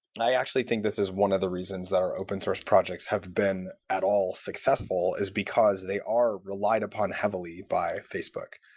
and i actually think this is one of the reasons that our open-source projects have been at all successful is because they are relied upon heavily by facebook.